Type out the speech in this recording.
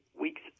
weeks